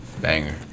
Banger